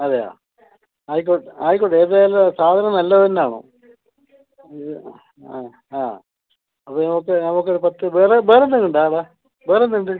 അതെയോ ആയിക്കോട്ടെ ആയിക്കോട്ടെ ഏത് ആയാലും സാധനം നല്ലത് ആകണം ആ ആ അപ്പം നമുക്ക് നമുക്ക് കുറച്ച് വേറെ വേറെ എന്തെങ്കിലും ഉണ്ടോ അവിടെ വേറെ എന്തുണ്ട്